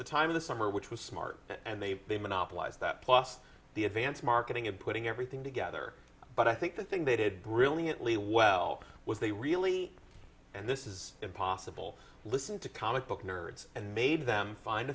the time of the summer which was smart and they they monopolize that plus the advance marketing and putting everything together but i think the thing they did brilliantly well was they really and this is impossible listen to comic book nerds and made them find